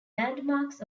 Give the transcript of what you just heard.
landmarks